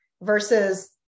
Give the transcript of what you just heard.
Versus